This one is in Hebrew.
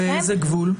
באיזה גבול?